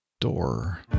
door